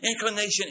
inclination